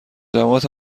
جواد